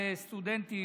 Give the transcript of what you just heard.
לאומי,